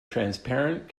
transparent